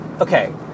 Okay